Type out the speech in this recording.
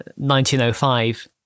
1905